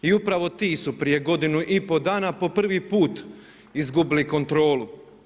I upravo ti su prije godinu i pol dana po prvi put izgubili kontrolu.